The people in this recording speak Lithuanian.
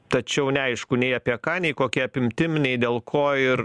tačiau neaišku nei apie ką nei kokia apimtim nei dėl ko ir